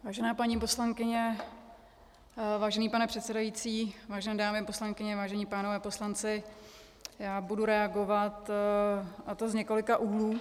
Vážená paní poslankyně, vážený pane předsedající, vážené dámy poslankyně, vážení pánové poslanci, budu reagovat, a to z několika úhlů.